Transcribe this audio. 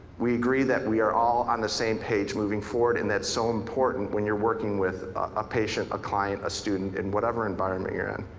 we agree that we are all on the same page moving forward. and that's so important when you're working with a patient, a client, a student in whatever environment you're in.